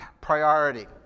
priority